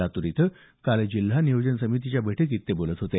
लातूर इथं काल जिल्हा नियोजन समितीच्या बैठकीत ते बोलत होते